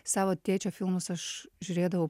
savo tėčio filmus aš žiūrėdavau